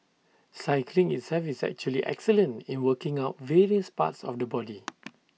cycling itself is actually excellent in working out various parts of the body